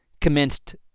commenced